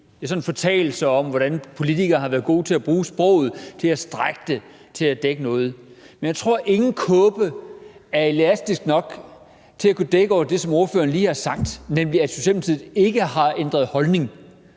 Det er fortalelser, som viser, hvordan politikere har været gode til at bruge sproget ved at strække det til at dække noget. Men jeg tror ikke, at nogen kåbe er elastisk nok til at kunne dække over det, som ordføreren lige har sagt, nemlig at Socialdemokratiet ikke har ændret holdning.